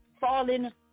fallen